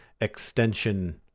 extension